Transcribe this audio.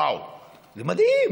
וואו, זה מדהים